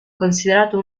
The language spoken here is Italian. considerato